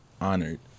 honored